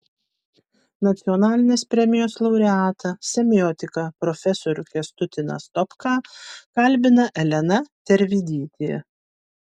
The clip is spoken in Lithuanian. nacionalinės premijos laureatą semiotiką profesorių kęstutį nastopką kalbina elena tervidytė